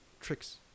tricks